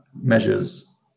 measures